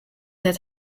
that